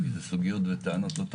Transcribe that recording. כי אלה סוגיות וטענות לא תחבורתיות,